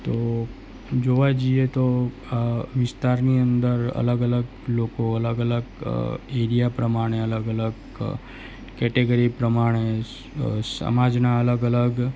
તો જોવા જઈએ તો આ વિસ્તારની અંદર અલગ અલગ લોકો અલગ અલગ એરિયા પ્રમાણે અલગ અલગ કેટેગરી પ્રમાણે સ સ સમાજના અલગ અલગ